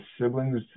siblings